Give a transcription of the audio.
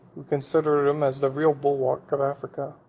who considered him as the real bulwark of africa.